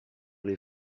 les